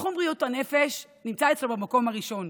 שתחום בריאות הנפש נמצא אצלו במקום הראשון,